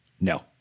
No